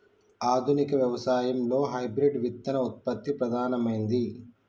ఆధునిక వ్యవసాయం లో హైబ్రిడ్ విత్తన ఉత్పత్తి ప్రధానమైంది